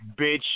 bitch